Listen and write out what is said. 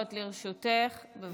20 דקות לרשותך, בבקשה.